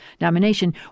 nomination